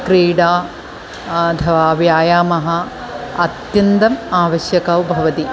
क्रीडा अथवा व्यायामः अत्यन्तम् आवश्यकौ भवतः